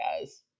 guys